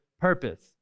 purpose